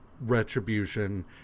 retribution